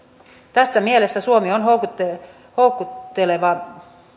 tässä mielessä suomi on houkutteleva houkutteleva